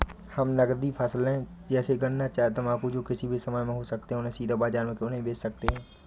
हम नगदी फसल जैसे गन्ना चाय तंबाकू जो किसी भी समय में हो सकते हैं उन्हें सीधा बाजार में क्यो नहीं बेच सकते हैं?